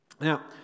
Now